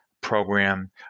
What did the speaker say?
program